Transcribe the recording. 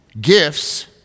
gifts